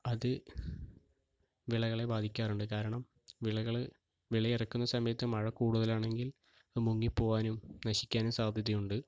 അത് വിളകളെ ബാധിക്കാറുണ്ട് കാരണം വിളകൾ വിളയെറുക്കുന്ന സമയത്ത് മഴ കൂടുതലാണെങ്കിൽ മുങ്ങി പോവാനും നശിക്കാനും സാധ്യതയുണ്ട്